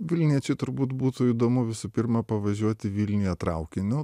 vilniečiui turbūt būtų įdomu visų pirma pavažiuoti vilniuje traukiniu